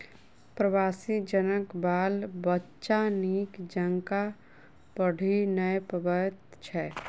प्रवासी जनक बाल बच्चा नीक जकाँ पढ़ि नै पबैत छै